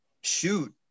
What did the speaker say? shoot